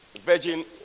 Virgin